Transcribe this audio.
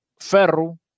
ferro